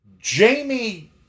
Jamie